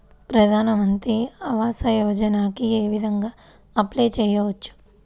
ప్రధాన మంత్రి ఆవాసయోజనకి ఏ విధంగా అప్లే చెయ్యవచ్చు?